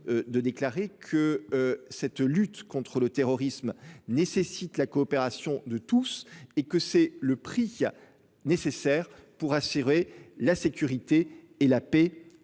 de déclarer que cette lutte contre le terrorisme nécessite la coopération de tous et que c’est le prix nécessaire pour assurer la sécurité et la paix